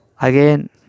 Again